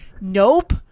nope